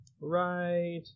Right